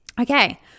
Okay